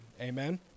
amen